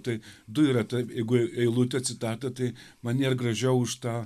tai du yra taip jeigu eilutė citata tai man nėr gražiau už tą